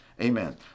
Amen